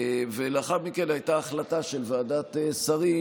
ולאחר מכן הייתה החלטה של ועדת שרים